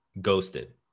ghosted